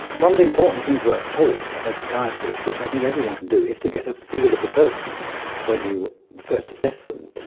one of the important things we are taught as psychiatrists which i think everyone can do is to get a feel of the person when you first assess them,